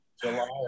july